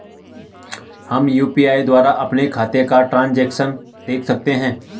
हम यु.पी.आई द्वारा अपने खातों का ट्रैन्ज़ैक्शन देख सकते हैं?